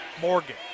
Morgan